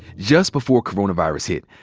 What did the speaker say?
just before coronavirus hit,